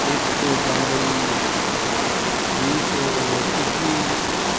ਇੱਕ ਜਨਵਰੀ ਵੀਹ ਸੌ ਇੱਕੀ